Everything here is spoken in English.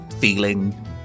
feeling